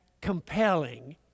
compelling